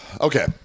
Okay